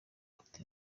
cote